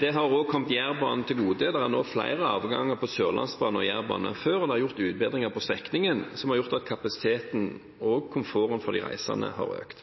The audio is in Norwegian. Det har også kommet Jærbanen til gode. Det er nå flere avganger på Sørlandsbanen og Jærbanen enn før, og det er gjort utbedringer på strekningen som har gjort at kapasiteten og komforten for de reisende har økt.